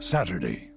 Saturday